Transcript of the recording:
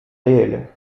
réel